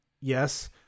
Yes